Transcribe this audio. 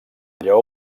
lleó